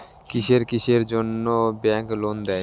কিসের কিসের জন্যে ব্যাংক লোন দেয়?